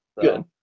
Good